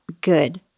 good